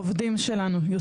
עובדים שלנו.